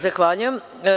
Zahvaljujem.